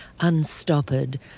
unstoppered